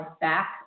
back